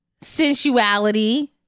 sensuality